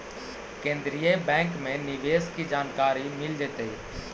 केन्द्रीय बैंक में निवेश की जानकारी मिल जतई